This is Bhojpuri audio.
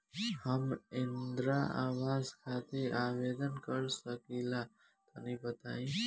हम इंद्रा आवास खातिर आवेदन कर सकिला तनि बताई?